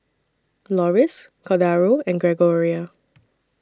Loris Cordaro and Gregoria